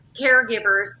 caregivers